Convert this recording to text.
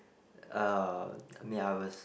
uh I mean I was